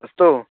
अस्तु